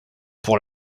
pour